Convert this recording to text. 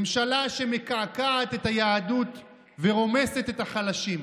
ממשלה שמקעקעת את היהדות ורומסת את החלשים,